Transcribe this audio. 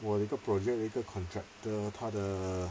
我的一个 project 的一个 contractor 他的